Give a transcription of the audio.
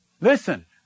Listen